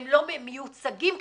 הם מיוצגים כקבוצה.